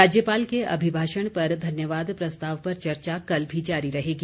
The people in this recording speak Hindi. राज्यपाल के अभिभाषण पर धन्यवाद प्रस्ताव पर चर्चा कल भी जारी रहेगी